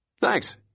Thanks